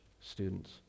students